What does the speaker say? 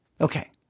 Okay